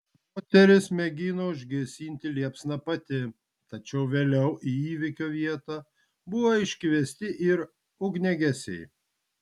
moteris mėgino užgesinti liepsną pati tačiau vėliau į įvykio vietą buvo iškviesti ir ugniagesiai